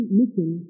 mission